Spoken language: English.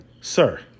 Sir